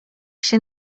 się